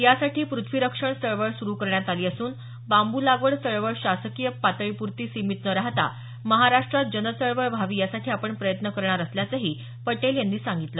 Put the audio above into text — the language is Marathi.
यासाठी पृथ्वीरक्षण चळवळ सुरु करण्यात आली असून बांबू लागवड चळवळ शासकीय पातळीपुरती सिमीत न राहता महाराष्ट्रात जनचळवळ व्हावी यासाठी आपण प्रयत्न करणार असल्याचंही पटेल यांनी सांगितलं